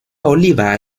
oliva